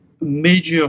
major